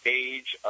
age